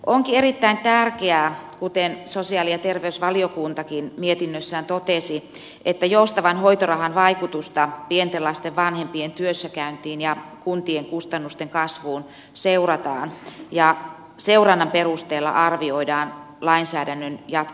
onkin erittäin tärkeää kuten sosiaali ja terveysvaliokuntakin mietinnössään totesi että joustavan hoitorahan vaikutusta pienten lasten vanhempien työssäkäyntiin ja kuntien kustannusten kasvuun seurataan ja seurannan perusteella arvioidaan lainsäädännön jatkokehittämistarpeet